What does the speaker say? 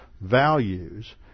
values